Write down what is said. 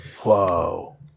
Whoa